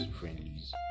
friendlies